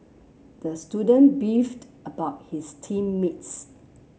the student beefed about his team mates